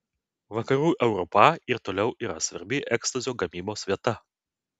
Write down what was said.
vakarų europa ir toliau yra svarbi ekstazio gamybos vieta